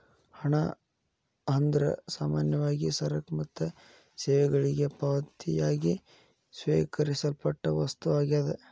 ಹಣ ಅಂದ್ರ ಸಾಮಾನ್ಯವಾಗಿ ಸರಕ ಮತ್ತ ಸೇವೆಗಳಿಗೆ ಪಾವತಿಯಾಗಿ ಸ್ವೇಕರಿಸಲ್ಪಟ್ಟ ವಸ್ತು ಆಗ್ಯಾದ